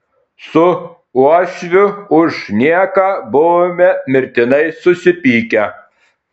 su uošviu už nieką buvome mirtinai susipykę